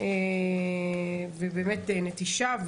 ובאמת נטישה.